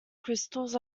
crystals